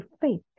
faith